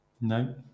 no